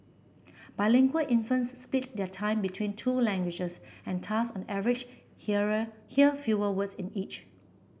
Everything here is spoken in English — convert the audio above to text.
bilingual infants split their time between two languages and thus on average hear fewer words in each